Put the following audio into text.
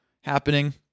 happening